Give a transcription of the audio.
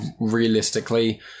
realistically